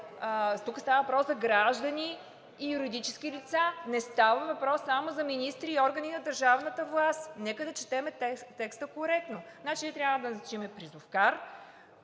Тук става въпрос за граждани и юридически лица, не става въпрос само за министри и органи на държавната власт. Нека да четем текста коректно. Значи, ние трябва да назначим призовкар,